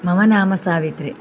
मम नाम सावित्री